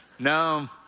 No